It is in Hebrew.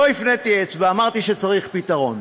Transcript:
לא הפניתי אצבע, אמרתי שצריך פתרון.